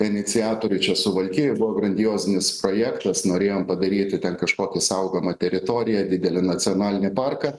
iniciatorių čia suvalkijoj buvo grandiozinis projektas norėjom padaryti ten kažkokį saugomą teritoriją didelį nacionalinį parką